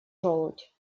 желудь